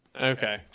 Okay